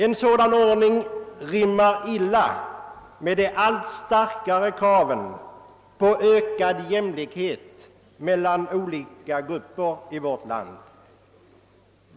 En sådan ordning rimmar illa med de allt starkare kraven på ökad jämlikhet mellan olika grupper i vårt land.